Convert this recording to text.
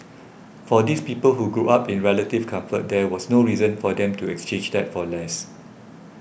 for these people who grew up in relative comfort there was no reason for them to exchange that for less